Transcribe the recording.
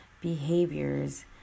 behaviors